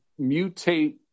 mutate